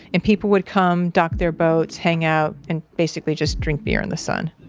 and people would come dock their boats hang out and basically just drink beer in the sun.